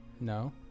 No